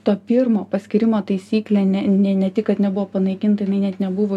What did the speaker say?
to pirmo paskyrimo taisyklė ne ne ne tik kad nebuvo panaikinta jinai net nebuvo